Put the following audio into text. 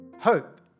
Hope